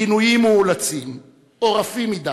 גינויים מאולצים או רפים מדי,